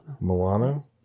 Milano